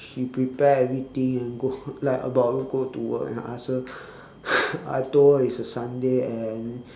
she prepare everything and go like about to go to work and I asked her I told her it's a sunday and